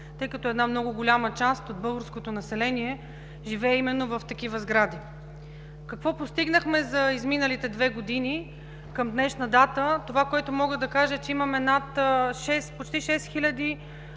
тъй като една много голяма част от българското население живее именно в такива сгради. Какво постигнахме за изминалите две години? Към днешна дата мога да кажа, че имаме почти шест